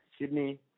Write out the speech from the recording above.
Sydney